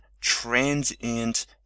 transient